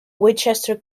winchester